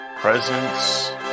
presence